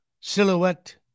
Silhouette